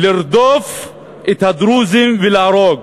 לרדוף את הדרוזים ולהרוג.